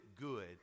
good